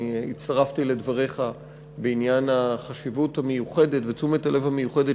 אני הצטרפתי לדבריך בעניין החשיבות המיוחדת ותשומת הלב המיוחדת